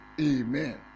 amen